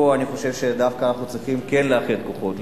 פה אני חושב שאנחנו דווקא צריכים כן לאחד כוחות,